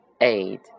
eight